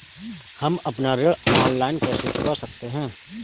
हम अपना ऋण ऑनलाइन कैसे चुका सकते हैं?